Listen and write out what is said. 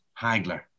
Hagler